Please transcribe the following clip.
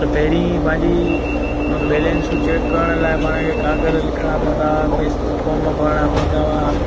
त पहिरीं पंहिंजी बेलेंस चेक करण लाइ पाण खे कागरु लिखिणा पवंदा हा मेसू फोर्म भरिणा पवंदा हा